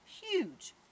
Huge